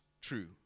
true